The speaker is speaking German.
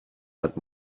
hat